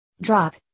Drop